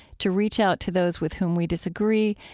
to reach out to those with whom we disagree,